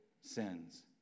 sins